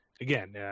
again